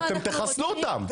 אתם תחסלו אותם.